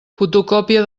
fotocòpia